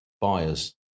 buyers